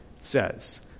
says